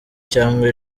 cyangwa